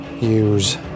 use